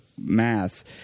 mass